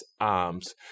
arms